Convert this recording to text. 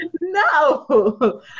No